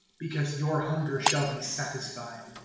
because your hunger shall be satisfied.